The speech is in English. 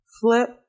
Flip